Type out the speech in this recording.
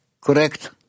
correct